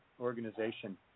organization